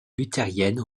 luthérienne